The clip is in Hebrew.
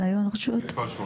וכפר שמריהו.